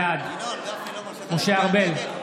בעד משה ארבל,